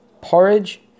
porridge